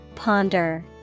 Ponder